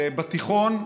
בתיכון,